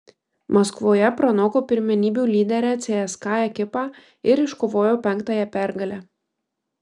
maskvoje pranoko pirmenybių lyderę cska ekipą ir iškovojo penktąją pergalę